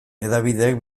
hedabideek